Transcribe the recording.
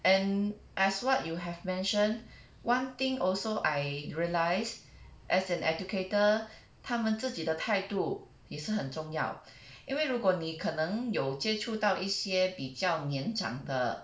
and as what you have mentioned one thing also I realise as an educator 他们自己的态度也是很重要因为如果你可能有接触到一些比较年长的